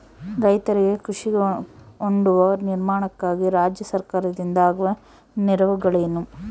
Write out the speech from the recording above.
ರೈತರಿಗೆ ಕೃಷಿ ಹೊಂಡದ ನಿರ್ಮಾಣಕ್ಕಾಗಿ ರಾಜ್ಯ ಸರ್ಕಾರದಿಂದ ಆಗುವ ನೆರವುಗಳೇನು?